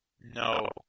No